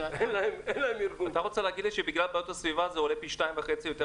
אתה רוצה להגיד לי שבגלל בעיות הסביבה זה עולה פי 2.5 יותר?